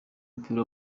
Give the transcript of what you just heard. w’umupira